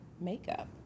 makeup